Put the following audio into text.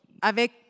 avec